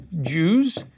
Jews